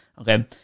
Okay